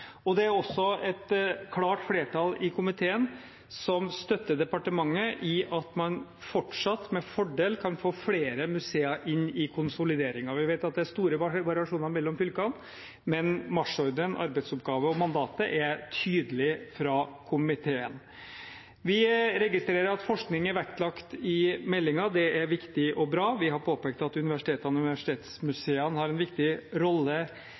Det er også et klart flertall i komiteen som støtter departementet i at man fortsatt med fordel kan få flere museer inn i konsolideringen. Vi vet at det er store variasjoner mellom fylkene, men marsjordren, arbeidsoppgaver og mandatet er tydelig fra komiteen. Vi registrerer at forskning er vektlagt i meldingen, det er viktig og bra. Vi har påpekt at universitetene og universitetsmuseene har en viktig rolle